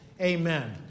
Amen